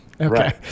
Okay